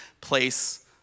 place